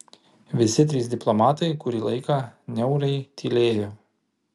visi trys diplomatai kurį laiką niauriai tylėjo